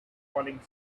falling